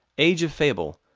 age of fable,